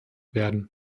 werden